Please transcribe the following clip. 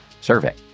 survey